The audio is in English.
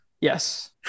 Yes